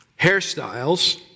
hairstyles